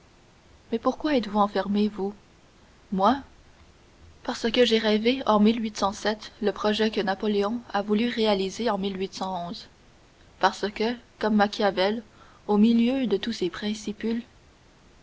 mais pourquoi êtes-vous enfermé vous moi parce que j'ai rêvé en le projet que napoléon a voulu réaliser en parce que comme machiavel au milieu de tous ces principicules